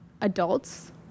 adults